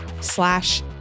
slash